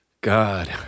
God